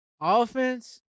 offense